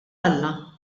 alla